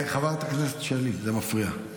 חברת הכנסת שלי, זה מפריע.